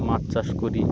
মাছ চাষ করি